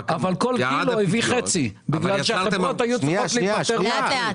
אבל כל קילו הביא חצי מחיר בגלל שהחברות היו צריכות להיפטר מן המלאים.